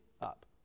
up